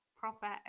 proper